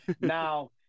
Now